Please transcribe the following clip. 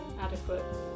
adequate